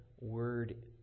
Word